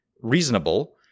Reasonable